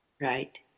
Right